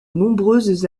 nombreuses